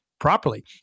Properly